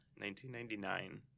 1999